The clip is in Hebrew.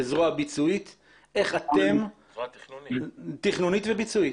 כזרוע תכנונית וביצועית,